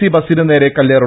C ബസിന് നേരെ കല്ലേ റ്